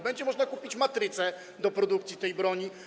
Będzie można kupić matrycę do produkcji tej broni.